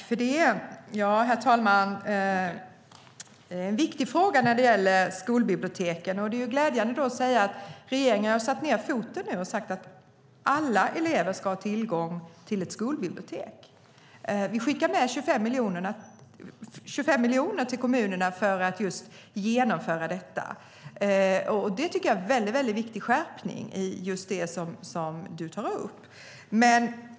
Herr talman! Det är en viktig fråga som gäller skolbiblioteken. Därför är det glädjande att kunna säga att regeringen satt ned foten och sagt att alla elever ska ha tillgång till ett skolbibliotek. Vi skickar med 25 miljoner till kommunerna för att de ska genomföra det, och det tycker jag är en viktig skärpning vad gäller just det som Bengt Berg tar upp.